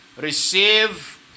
Receive